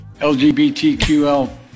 LGBTQL